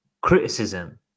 criticism